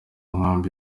nkambi